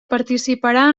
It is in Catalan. participarà